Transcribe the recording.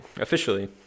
Officially